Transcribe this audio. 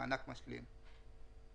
מענק משלים);